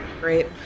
great